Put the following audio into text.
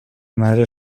madre